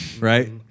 right